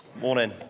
morning